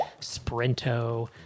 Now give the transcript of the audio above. Sprinto